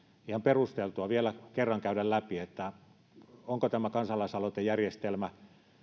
ihan perusteltua vielä kerran käydä läpi onko tämä kansalaisaloitejärjestelmä